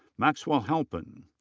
maxwell halpin.